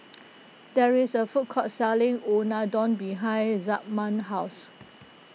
there is a food court selling Unadon behind Zigmund's house